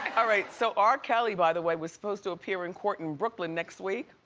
alright. so r. kelly by the way was supposed to appear in court in brooklyn next week.